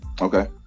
Okay